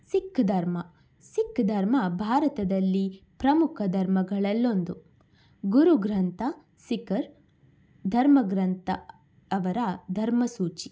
ಸಿಖ್ ಧರ್ಮ ಸಿಖ್ ಧರ್ಮ ಭಾರತದಲ್ಲಿ ಪ್ರಮುಖ ಧರ್ಮಗಳಲ್ಲೊಂದು ಗುರುಗ್ರಂಥ ಸಿಖ್ಖರ ಧರ್ಮಗ್ರಂಥ ಅವರ ಧರ್ಮ ಸೂಚಿ